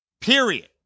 Period